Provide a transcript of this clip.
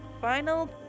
Final